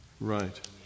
Right